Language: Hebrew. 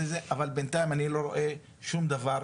אבל בינתיים אני לא רואה שום דבר,